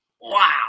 Wow